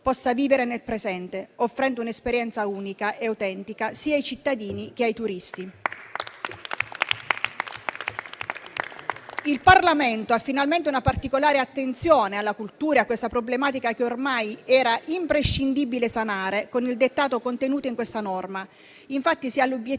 possa vivere nel presente, offrendo un'esperienza unica e autentica sia ai cittadini che ai turisti. Il Parlamento ha finalmente una particolare attenzione alla cultura e a questa problematica che ormai era imprescindibile sanare con il dettato contenuto in questa norma. Infatti, si ha l'obiettivo